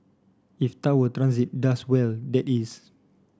if Tower Transit does well that is